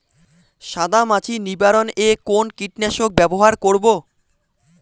সাদা মাছি নিবারণ এ কোন কীটনাশক ব্যবহার করব?